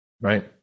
right